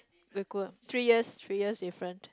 equal three years three years difference